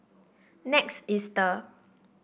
Next Easter